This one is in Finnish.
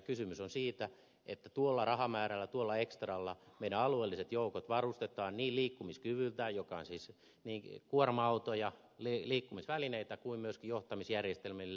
kysymys on siitä että tuolla rahamäärällä tuolla ekstralla meidän alueelliset joukkomme varustetaan niin liikkumiskyvyltään joka on siis kuorma autoja liikkumisvälineitä kuin myös johtamisjärjestelmillä